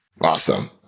awesome